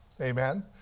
Amen